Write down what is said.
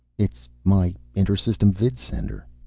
it's my inter-system vidsender.